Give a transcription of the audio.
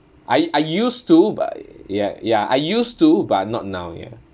I I used to but ya ya I used to but not now ya